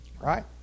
Right